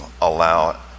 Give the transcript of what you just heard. allow